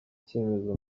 cyemezo